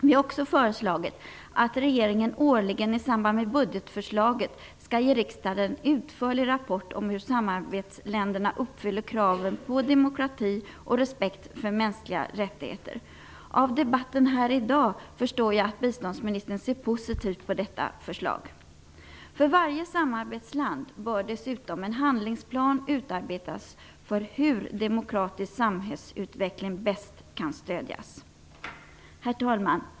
Vi har också föreslagit att regeringen årligen i samband med budgetförslaget skall ge riksdagen en utförlig rapport om hur samarbetsländerna uppfyller kraven på demokrati och respekt för mänskliga rättigheter. Av debatten här i dag förstår jag att biståndsministern ser positivt på detta förslag. För varje samarbetsland bör dessutom en handlingsplan utarbetas för hur demokratisk samhällsutveckling bäst kan stödjas. Herr talman!